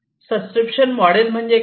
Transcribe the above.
subscription model म्हणजे काय